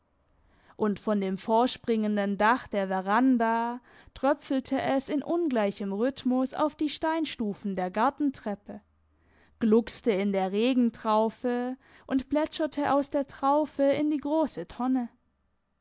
und von dem vorspringenden dach der veranda tröpfelte es in ungleichem rhythmus auf die steinstufen der gartentreppe gluckste in der regentraufe und plätscherte aus der traufe in die grosse tonne